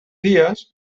dies